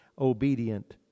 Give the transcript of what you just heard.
Obedient